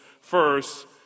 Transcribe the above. first